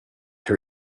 her